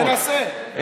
תנסה.